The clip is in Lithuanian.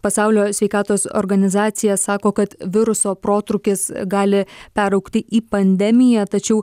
pasaulio sveikatos organizacija sako kad viruso protrūkis gali peraugti į pandemiją tačiau